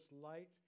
light